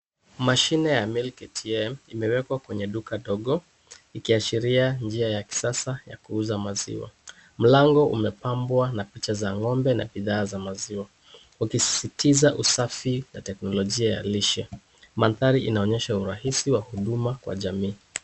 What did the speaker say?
Mashine ya Milk ATM imewekwa kwenye duka dogo ikiashiria njia ya kisasa ya kuuza maziwa. Mlango umepambwa na picha za ng'ombe na bidhaa za maziwa. Ukisisitiza usafi na teknolojia ya lishe. Mandhari inaonyesha urahisi wa huduma kwa jamii.